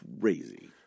crazy